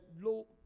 low